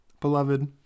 Beloved